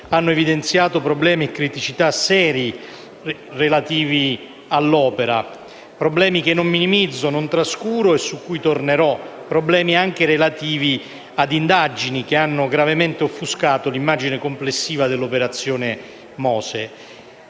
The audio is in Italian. hanno evidenziato i seri problemi e le criticità relativi all'opera, problemi che non minimizzo, non trascuro e su cui tornerò, problemi anche relativi a indagini che hanno gravemente offuscato l'immagine complessiva dell'operazione MOSE.